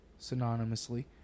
synonymously